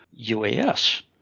UAS